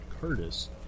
Curtis